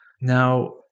Now